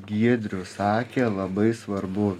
giedrius sakė labai svarbu